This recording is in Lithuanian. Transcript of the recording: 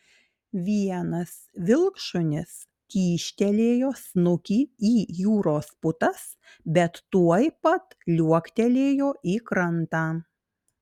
vienas vilkšunis kyštelėjo snukį į jūros putas bet tuoj pat liuoktelėjo į krantą